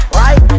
right